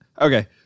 okay